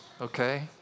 okay